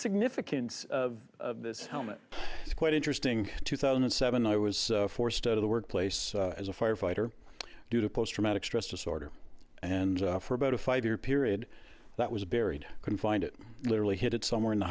significance of this moment it's quite interesting two thousand and seven i was forced out of the workplace as a firefighter due to post traumatic stress disorder and for about a five year period that was buried confined it literally hit it somewhere in the